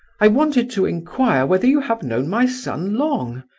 i wanted to inquire whether you have known my son long?